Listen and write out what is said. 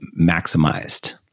maximized